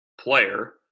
player